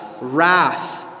wrath